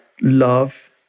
love